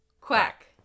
quack